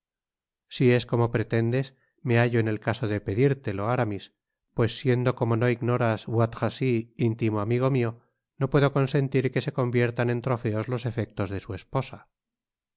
si es como pretendes me hallo en el caso de pedirtelo aramis pues siendo como no ignoras bois tracy intimo amigo mio n puedo consentir que se conviertan en trofeos los efectos de su esposa